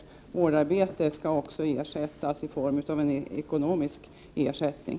Även för vårdarbete skall det ges en ekonomisk ersättning.